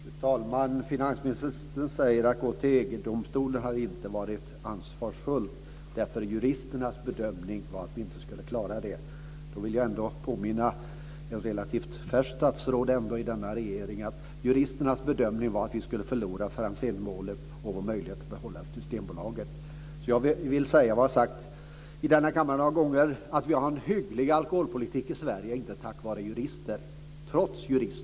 Fru talman! Finansministern säger att det inte hade varit ansvarsfullt att gå till EG-domstolen eftersom juristernas bedömning var att vi inte skulle klara det. Då vill jag ändå påminna ett relativt färskt statsråd i denna regering om att juristernas bedömning var att vi skulle förlora Franzénmålet och vår möjlighet att behålla Systembolaget. Jag vill upprepa vad jag har sagt här i kammaren några gånger, nämligen att det inte är tack vare juristerna som vi har en hygglig alkoholpolitik i Sverige.